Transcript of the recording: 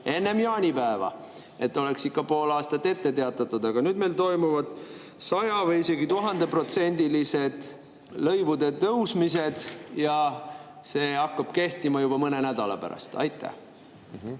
enne jaanipäeva, et oleks ikka pool aastat ette teatatud, aga nüüd meil toimuvad 100‑ või isegi 1000%‑lised lõivude tõusmised ja see hakkab kehtima juba mõne nädala pärast? Aitäh!